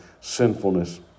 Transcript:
sinfulness